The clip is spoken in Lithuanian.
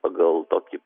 pagal tokį